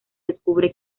descubre